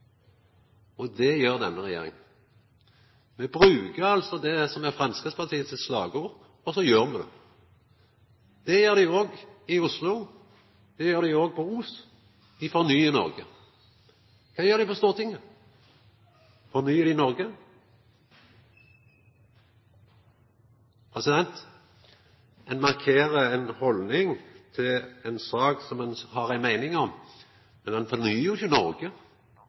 Noreg. Det gjer denne regjeringa. Me bruker det som er Framstegspartiets slagord, og så gjer me det. Det gjer dei òg i Oslo, det gjer dei òg på Os – dei fornyar Noreg. Kva gjer dei på Stortinget? Fornyar dei Noreg? Ein markerer ei haldning til ei sak ein har ei meining om, men ein fornyar ikkje